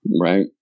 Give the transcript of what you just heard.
Right